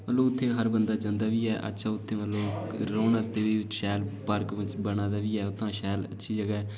होर उत्थै हर बंदा जंदा बी ऐ अच्छा उत्थै रौह्नें आस्तै बी शैल पार्क बना दा बी ऐ उत्थै शैल जगह ऐ